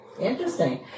Interesting